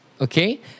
Okay